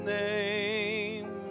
name